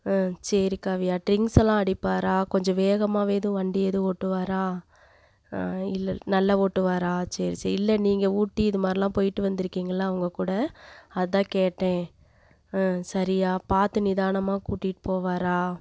ஆ சரி காவியா ட்ரிங்க்ஸெலாம் அடிப்பாரா கொஞ்சம் வேகமாகவேதும் வண்டி ஏதும் ஓட்டுவாரா ஆ இல்லை நல்லா ஓட்டுவாரா சரி சரி இல்லை நீங்கள் ஊட்டி இதுமாதிரிலான் போயிட்டு வந்துருக்கீங்கள்லை அவங்க கூட அதுதான் கேட்டேன் ஆ சரியாக பார்த்து நிதானமாக கூட்டிகிட்டு போவாரா